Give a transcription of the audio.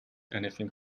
anything